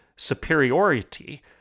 superiority